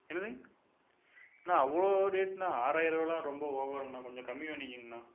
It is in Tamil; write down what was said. என்னதுங் அண்ணா அவ்வளோ ரேட்டுண்ணா ஆறாயிரவாலாம் ரொம்ப ஓவருங்கண்ணா கொஞ்சம் கம்மி பண்ணிக்கங்கன்னா